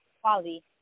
quality